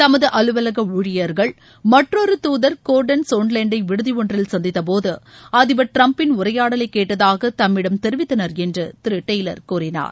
தமது அலுவலக ஊழியர்கள் மற்றொரு தூதர் கோர்டன் சோன்லேண்டை விடுதி ஒன்றில் சந்தித்தபோது அதிபர் டிரம்ப்பின் உரையாடலை கேட்டதாக தம்மிடம் தெரிவித்தனர் என்று திரு டெய்லர் கூறினார்